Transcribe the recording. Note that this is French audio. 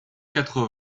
quatre